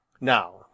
Now